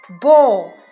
ball